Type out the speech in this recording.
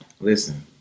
Listen